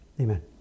Amen